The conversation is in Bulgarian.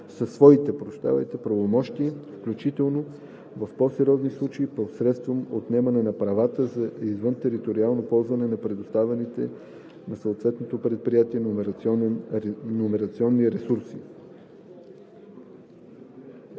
със своите правомощия, включително, в по-сериозни случаи, посредством отнемане на правата за извънтериториално ползване на предоставените на съответното предприятие номерационни ресурси.“